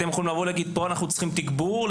אתם יכולים לומר: פה צריכים תגמור?